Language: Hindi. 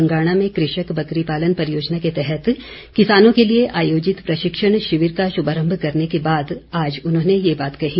बंगाणा में कृषक बकरी पालन परियोजना के तहत किसानों के लिए आयोजित प्रशिक्षण शिविर का शुभारंभ करने के बाद आज उन्होंने ये बात कही